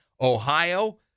Ohio